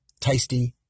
tasty